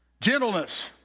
Gentleness